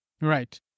Right